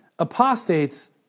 apostates